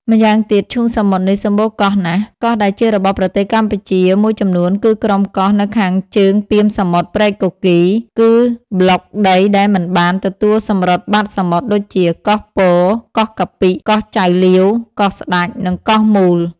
ម្យ៉ាងទៀត ឈូង សមុទ្រនេះសំបូរកោះណាស់ ។ កោះដែលជារបស់ប្រទេសកម្ពុជាមួយចំនួនគឺក្រុមកោះនៅខាងជើងពាមសមុទ្រព្រែកគគីរ គឺប្លុកដីដែលមិនបាន ទទួលសំរុតបាតសមុទ្រ ដូចជា កោះពរ កោះកាពិ កោះចៅលាវ កោះស្តេត និង កោះមូល ។